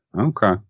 Okay